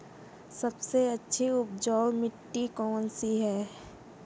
सबसे अच्छी उपजाऊ मिट्टी कौन सी है?